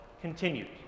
continued